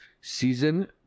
season